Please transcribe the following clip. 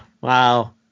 wow